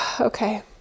Okay